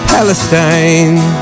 Palestine